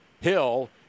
Hill